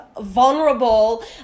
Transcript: Vulnerable